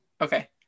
Okay